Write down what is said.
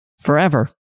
forever